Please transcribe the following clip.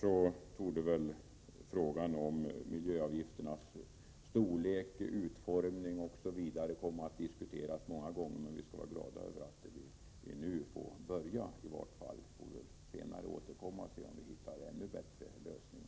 Självfallet torde frågan om miljöavgifternas storlek, utformning m.m. komma att diskuteras många gånger. Vi skall vara glada över att diskussionen nu har börjat, och vi får senare återkomma och se om det finns ännu bättre lösningar.